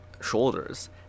shoulders